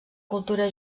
cultura